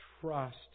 Trust